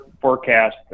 forecast